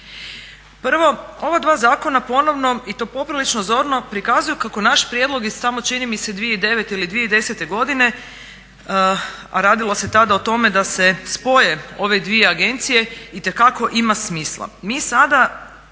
Prvo, ova dva zakona ponovno i to poprilično zorno prikazuju kako naš prijedlog iz tamo čini mi se 2009. ili 2010. godine a radilo se tada o tome da se spoje ove dvije agencije itekako ima smisla. Mi sada